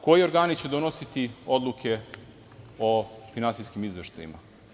Koji će organi donositi odluke o finansijskim izveštajima?